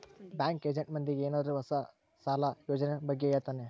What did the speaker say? bank agent ಮಂದಿಗೆ ಏನಾದ್ರೂ ಸಾಲ ಹೊಸ ಯೋಜನೆ ಬಗ್ಗೆ ಹೇಳ್ತಾನೆ